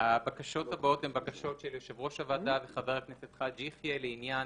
הבקשות הבאות הן בקשות של ראש הוועדה וחבר הכנסת חאג' יחיא לעניין